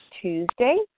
Tuesday